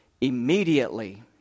Immediately